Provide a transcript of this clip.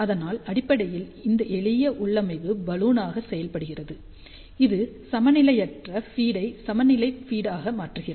அதனால் அடிப்படையில் இந்த எளிய உள்ளமைவு பலூனாக செயல்படுகிறது இது சமநிலையற்ற ஃபீட் ஐ சமநிலை ஃபீட் ஆக மாற்றுகிறது